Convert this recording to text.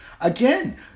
again